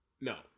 No